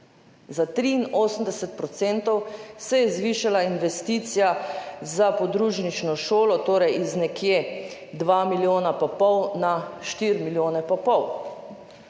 Za 83 % se je zvišala investicija za podružnično šolo, torej iz nekje dva milijona in pol na štiri milijone in pol.